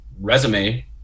resume